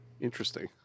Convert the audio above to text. Interesting